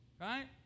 Right